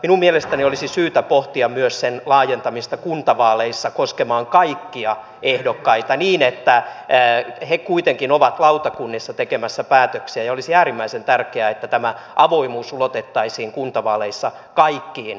minun mielestäni olisi syytä pohtia myös sen laajentamista kuntavaaleissa koskemaan kaikkia ehdokkaita niin että he kuitenkin ovat lautakunnissa tekemässä päätöksiä ja olisi äärimmäisen tärkeää että tämä avoimuus ulotettaisiin kuntavaaleissa kaikkiin ehdokkaisiin